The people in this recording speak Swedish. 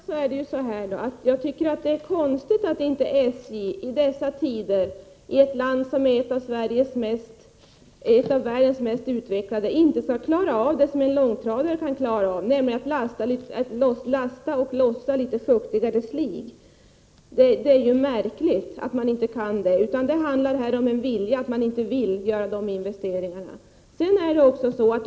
Herr talman! Jag tycker att det är konstigt att SJ i dessa tider, och i ett land som är ett av världens mest utvecklade, inte skall klara av det som går att klara av med hjälp av en långtradare, nämligen att lasta och lossa litet fuktigare slig. Det är märkligt. Det handlar här om att man inte vill göra dessa investeringar.